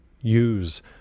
use